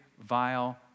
vile